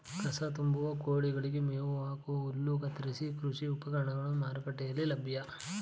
ಕಸ ತುಂಬುವ, ಕೋಳಿಗಳಿಗೆ ಮೇವು ಹಾಕುವ, ಹುಲ್ಲು ಕತ್ತರಿಸುವ ಕೃಷಿ ಉಪಕರಣಗಳು ಮಾರುಕಟ್ಟೆಯಲ್ಲಿ ಲಭ್ಯ